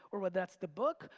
or whether that's the book,